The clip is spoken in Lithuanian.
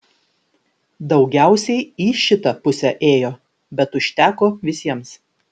daugiausiai į šitą pusę ėjo bet užteko visiems